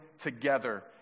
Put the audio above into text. together